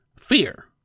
fear